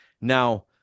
Now